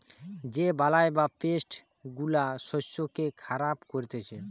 যে বালাই বা পেস্ট গুলা শস্যকে খারাপ করতিছে